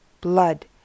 blood